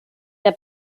der